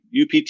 UPT